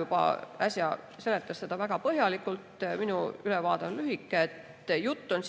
juba äsja seletas seda väga põhjalikult, minu ülevaade on lühike. Jutt on